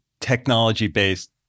technology-based